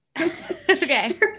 Okay